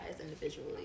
individually